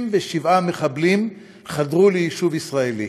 67 מחבלים חדרו ליישוב ישראלי.